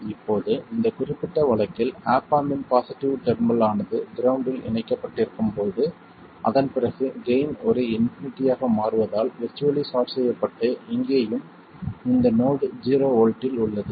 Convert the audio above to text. இப்போது இந்த குறிப்பிட்ட வழக்கில் ஆப் ஆம்ப் இன் பாசிட்டிவ் டெர்மினல் ஆனது கிரவுண்ட்டில் இணைக்கப்பட்டிருக்கும் போது அதன் பிறகு கெய்ன் ஒரு இன்பினிட்டியாக மாறுவதால் விர்ச்சுவல்லி ஷார்ட் செய்யப்பட்டு இங்கேயும் இந்த நோடு ஜீரோ வோல்ட்டில் உள்ளது